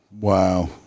wow